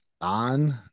on